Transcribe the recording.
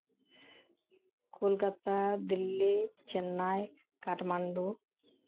Kolkata Delhi Chennai Kathmandu